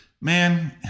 man